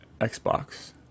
Xbox